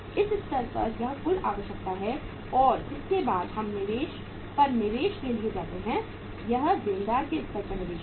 इस स्तर पर यह कुल आवश्यकता है और इसके बाद हम निवेश पर निवेश के लिए जाते हैं यह देनदार के स्तर पर निवेश है